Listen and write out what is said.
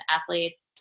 athletes